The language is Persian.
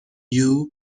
gen